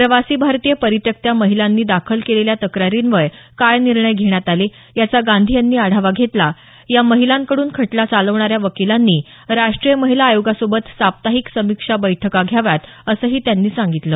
प्रवासी भारतीय परित्यक्त्या महिलांनी दाखल केलेल्या तक्रारींवर काय निर्णय घेण्यात आले याचा गांधी यांनी आढावा घेतला या महिलांकडून खटला चालवणाऱ्या वकीलांनी राष्ट्रीय महिला आयोगासोबत साप्ताहिक समिक्षा बैठका घ्याव्यात असंही त्यांनी सांगितलं